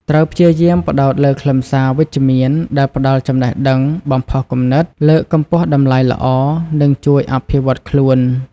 ត្រូវព្យាយាម ផ្តោតលើខ្លឹមសារវិជ្ជមាន ដែលផ្តល់ចំណេះដឹង បំផុសគំនិត លើកកម្ពស់តម្លៃល្អ និងជួយអភិវឌ្ឍខ្លួន។